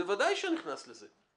בוודאי שאני נכנס לזה.